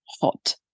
hot